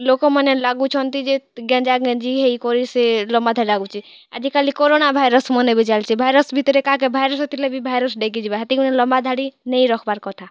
ଲୋକମାନେ ଲାଗୁଛନ୍ତି ଯେ ଗେଞ୍ଜାଗେଞ୍ଜି ହେଇକରି ସେ ଲମ୍ୱା ଧାଡ଼ି ଲାଗୁଛି ଆଜି କାଲି କରୋନା ଭାଇରସ୍ ମାନେ ବି ଚାଲୁଛି ଭାଇରସ୍ ଭିତ୍ରେ କାହାକେ ଭାଇରସ୍ ଥିଲେ ବି ଭାଇରସ୍ ଡ଼େଗି ଯିବା ହେଥିର୍ଲାଗି ବେଲେ ଲମ୍ୱା ଧାଡ଼ି ନାଇ ରଖ୍ବାର୍ କଥା